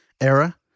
era